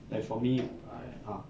like for me I ah